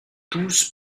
tous